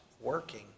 working